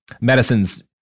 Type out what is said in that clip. medicine's